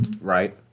right